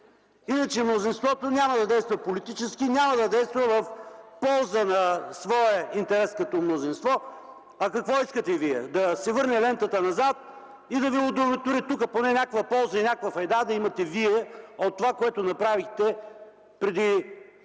Иначе мнозинството няма да действа политически, няма да действа в полза на своя интерес като мнозинство. А какво искате вие? Да се върне лентата назад и да ви удовлетвори. Тука поне някаква полза и някаква файда да имате вие от това, което направихте преди